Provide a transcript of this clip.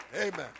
Amen